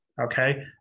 okay